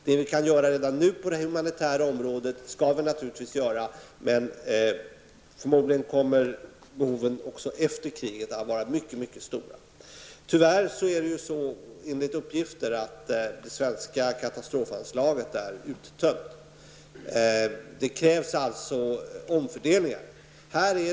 Det vi redan nu kan göra på det humanitära området skall vi naturligtvis göra, men förmodligen kommer behoven också efter kriget att vara mycket stora. Enligt uppgifter är det tyvärr så, att det svenska katastrofanslaget är uttömt. Det krävs alltså omfördelningar.